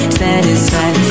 satisfied